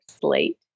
Slate